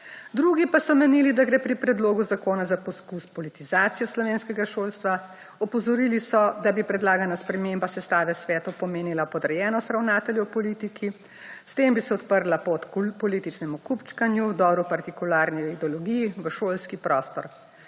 Drugi pa so menili, da gre pri predlogu zakona za poskus politizacije slovenskega šolstva. Opozorili so, da bi predlagana sprememba sestave svetov pomenila podrejenost ravnatelju v politiki, s tem bi se odprla pot političnemu kupčkanju, vdoru partikularni ideologiji v šolski prostor.